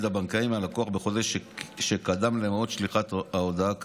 הבנקאי מהלקוח בחודש שקדם למועד שליחת ההודעה כאמור.